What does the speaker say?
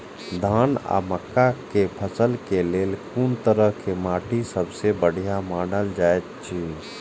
धान आ मक्का के फसल के लेल कुन तरह के माटी सबसे बढ़िया मानल जाऐत अछि?